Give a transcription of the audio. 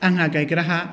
आंहा गायग्रा हा